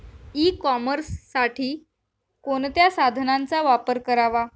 E कॉमर्ससाठी कोणत्या साधनांचा वापर करावा?